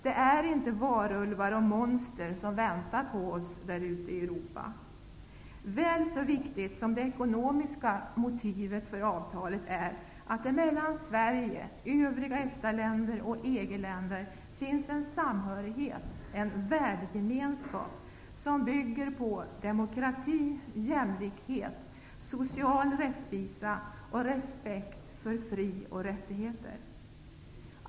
Det är inte varulvar och monster som väntar på oss där ute i Europa. Väl så viktigt som det ekonomiska motivet för avtalet är att det mellan Sverige, övriga EFTA länder och EG-länderna finns en samhörighet och värdegemenskap som bygger på demokrati, jämlikhet, social rättvisa och respekt för fri och rättigheter.